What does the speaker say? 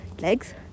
legs